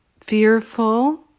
fearful